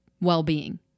well-being